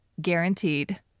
guaranteed